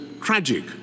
tragic